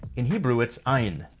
in hebrew, it's ayin.